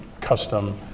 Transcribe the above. custom